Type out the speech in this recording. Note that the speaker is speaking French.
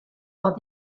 par